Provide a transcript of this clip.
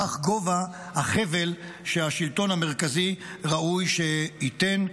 כך גובה החבל שהשלטון המרכזי ראוי שייתן.